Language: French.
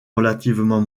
relativement